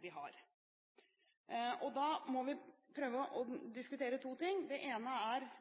vi har. Da må vi prøve å diskutere to ting. Det ene er